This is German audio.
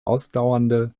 ausdauernde